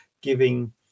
giving